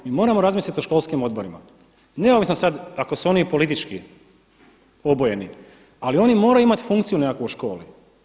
Mi moramo razmisliti o školskim odborima neovisno sada i ako su oni i politički obojeni, ali oni moraju imati funkciju nekakvu u školi.